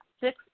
six